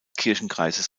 kirchenkreises